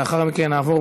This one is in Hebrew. לאחר מכן נעבור,